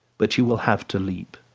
but you will have to leap.